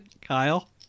Kyle